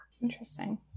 interesting